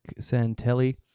Santelli